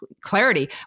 clarity